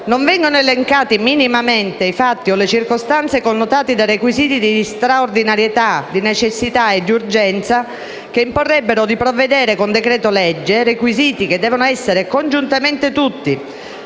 non vengono elencati minimamente i fatti o le circostanze connotati dai requisiti di straordinarietà, di necessità e di urgenza che imporrebbero di provvedere con decreto-legge; requisiti che devono esservi congiuntamente tutti